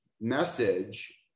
message